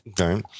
Okay